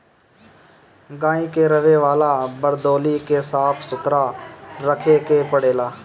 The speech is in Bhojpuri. गाई के रहे वाला वरदौली के साफ़ सुथरा रखे के पड़ेला